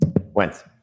Wentz